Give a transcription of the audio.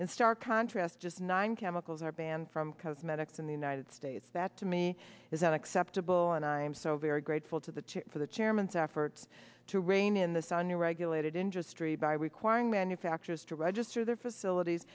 in stark contrast just nine chemicals are banned from cosmetics in the united states that to me is unacceptable and i am so very grateful to the chair for the chairman's efforts to rein in the sun you regulate it industry by requiring manufacturers to register their facilities